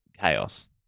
chaos